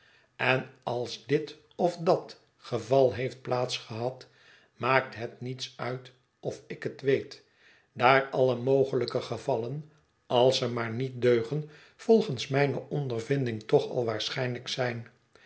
en als dit of dat geval heeft plaats gehad maakt het niets uit of ik het weet daar alle mogelijke gevallen als ze maar niet deugen volgens mijne ondervinding toch al waarschijnlijk zijn